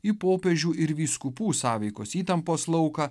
į popiežių ir vyskupų sąveikos įtampos lauką